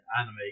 anime